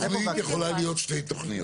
התוכנית יכולה להיות שתי תוכניות.